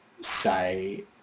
say